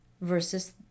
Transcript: versus